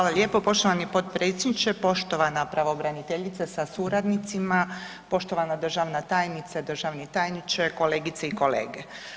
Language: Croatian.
Hvala lijepo poštovani podpredsjedniče, poštovana pravobraniteljice sa suradnicima, poštovana državna tajnice, državni tajniče, kolegice i kolege.